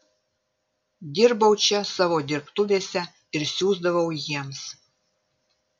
dirbau čia savo dirbtuvėse ir siųsdavau jiems